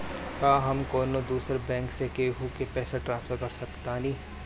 का हम कौनो दूसर बैंक से केहू के पैसा ट्रांसफर कर सकतानी?